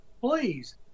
please